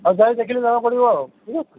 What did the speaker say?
ଆଉ ଯାଇ ଦେଖିଲେ ଜଣା ପଡ଼ିବ ଆଉ